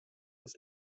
uns